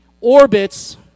orbits